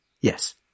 Yes